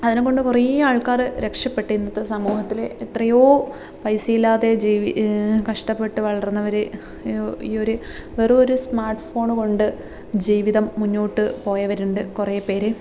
അതിനെക്കൊണ്ട് കുറേ ആൾക്കാർ രക്ഷപ്പെട്ട് ഇന്നത്തെ സമൂഹത്തിൽ എത്രയോ പൈസ ഇല്ലാതെ ജീവി കഷ്ടപ്പെട്ട് വളർന്നവർ ഈ ഒരു വെറും ഒരു സ്മാർട്ട് ഫോൺ കൊണ്ട് ജീവിതം മുന്നോട്ട് പോയവരുണ്ട് കുറേപേർ